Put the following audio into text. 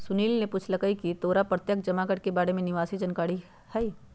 सुनील ने पूछकई की तोरा प्रत्यक्ष जमा के बारे में कोई जानकारी हई